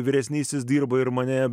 vyresnysis dirbo ir mane